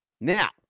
now